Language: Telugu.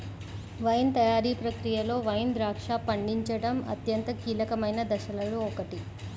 వైన్ తయారీ ప్రక్రియలో వైన్ ద్రాక్ష పండించడం అత్యంత కీలకమైన దశలలో ఒకటి